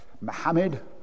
Mohammed